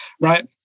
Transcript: right